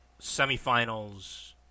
semifinals